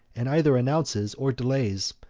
and either announces or delays,